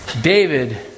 David